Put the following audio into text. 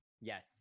Yes